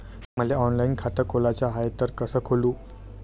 मले ऑनलाईन खातं खोलाचं हाय तर कस खोलू?